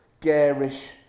garish